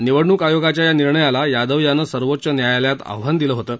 निवडणूक आयोगाच्या या निर्णयाला यादव यानं सर्वोच्च न्यायालयात आव्हान दिलं होतं